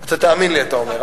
אתה תאמין לי, אתה אומר.